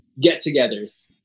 get-togethers